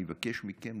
אני מבקש מכם,